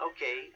Okay